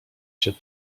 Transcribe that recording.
się